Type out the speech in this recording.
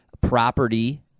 property